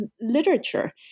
literature